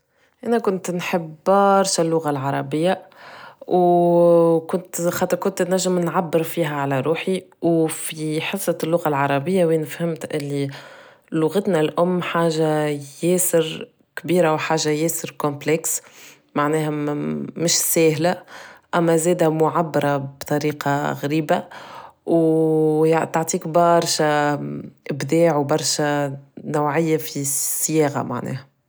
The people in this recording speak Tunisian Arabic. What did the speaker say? انا كنت نحب برشا اللغة العربية و كنت خاطر كنت نجم نعبر فيها على روحي في حصة اللغة العربية وين فهمت انو لغتنا الام حاجة ياسر كبيرة و حاجة ياسر comlpex مش ساهلة اما زادا معبرة بطريقة غريبة و تعطيك برشا ابداع و برشا نوعية في الصياغة معناه